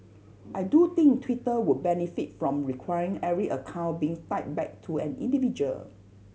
I do think Twitter would benefit from requiring every account being tied back to an individual